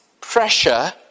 pressure